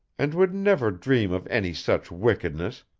and would never dream of any such wickedness,